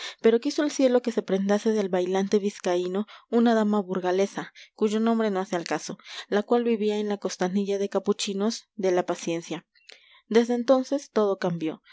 pero quiso el cielo que se prendase del bailante vizcaíno una dama burgalesa cuyo nombre no hace al caso la cual vivía en la costanilla de capuchinos de la paciencia desde entonces todo cambió